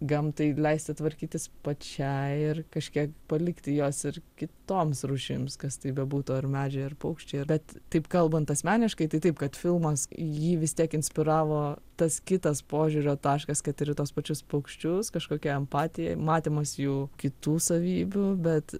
gamtai leisti tvarkytis pačiai ir kažkiek palikti jos ir kitoms rūšims kas tai bebūtų ar medžiai ar paukščiai bet taip kalbant asmeniškai tai taip kad filmas jį vis tiek inspiravo tas kitas požiūrio taškas kad ir į tuos pačius paukščius kažkokia empatija matymas jų kitų savybių bet